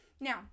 Now